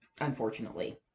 unfortunately